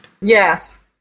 Yes